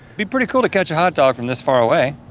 be pretty cool to catch a hot dog from this far away.